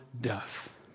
Death